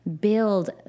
build